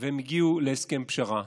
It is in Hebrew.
והם הגיעו להסכם פשרה,